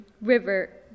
river